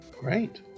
Great